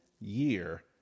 year